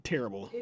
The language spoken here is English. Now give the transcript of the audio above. Terrible